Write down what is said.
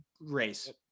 race